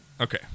Okay